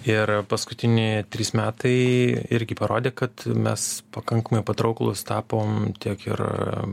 ir paskutini trys metai irgi parodė kad mes pakankamai patrauklūs tapom tiek ir